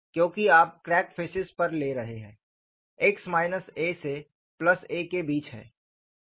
क्योंकि आप crack faces पर ले रहे हैं x माइनस a से प्लस a के बीच है